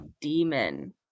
demon